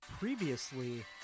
Previously